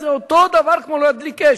זה אותו דבר כמו להדליק אש.